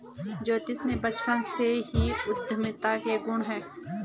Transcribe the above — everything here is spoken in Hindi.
ज्योति में बचपन से ही उद्यमिता के गुण है